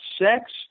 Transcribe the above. sex